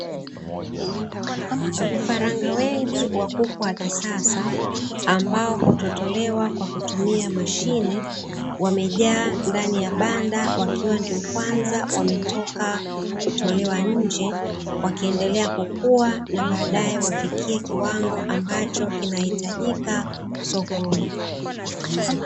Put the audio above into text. Vifaranga wengi wa kuku wa kisasa ambao hutotolewa kwa kutumia mashine, wamejaa ndani ya banda wakiwa ndio kwanza wametoka kutolewa nje, wakiendelea kukua na baadaye wafikie Kiwango kinachohitajika sokoni.